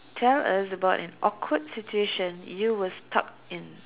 tell us about an awkward situation you were stuck in